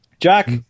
Jack